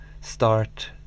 start